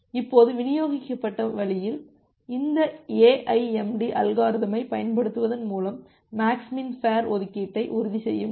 இப்போது விநியோகிக்கப்பட்ட வழியில் இந்த ஏஐஎம்டி அல்காரிதமைப் பயன்படுத்துவதன் மூலம் மேக்ஸ் மின் ஃபேர் ஒதுக்கீட்டை உறுதிசெய்ய முடியும்